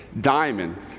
diamond